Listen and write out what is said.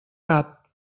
cap